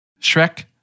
Shrek